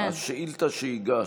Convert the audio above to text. השאילתה שהגשת,